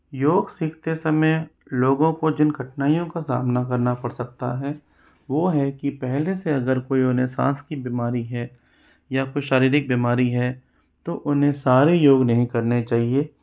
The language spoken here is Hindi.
योग सीखते समय लोगों को जिन कठिनाइयों का सामना करना पड़ सकता है वो है कि पहले से अगर कोई उन्हें सांस की बिमारी है या कोई शारीरिक बीमारी है तो उन्हें सारे योग नहीं करने चाहिए